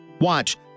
Watch